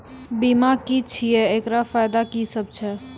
बीमा की छियै? एकरऽ फायदा की सब छै?